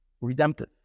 redemptive